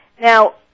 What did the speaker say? Now